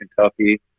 Kentucky